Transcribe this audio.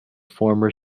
former